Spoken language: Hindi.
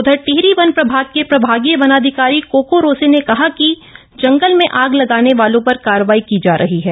उधर टिहरी वन प्रभाग के प्रभागीय वनाधिकप्री कोको रोसे ने कहप्र कि जंगल में आग लगामे वालों पर कार्रवाई की जा रही है